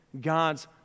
God's